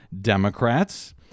Democrats